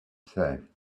say